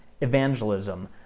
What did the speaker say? evangelism